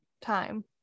time